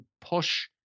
push